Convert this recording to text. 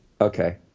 Okay